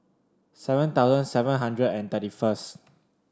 seven thousand seven hundred and thirty first